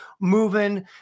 moving